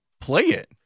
play-it